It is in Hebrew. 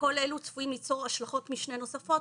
כל אלה צפויים ליצור השלכות משנה נוספות,